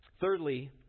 Thirdly